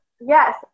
Yes